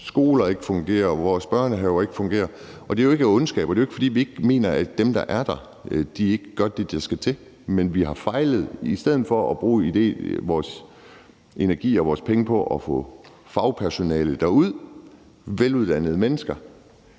skoler ikke fungerer, og at vores børnehaver ikke fungerer, og det er jo ikke af ondskab, og det er jo ikke, fordi vi ikke mener, at dem, der er der, ikke gør det, der skal til, men vi har fejlet. I stedet for at bruge vores energi og vores penge på at få fagpersonalet, veluddannede mennesker,